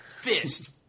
fist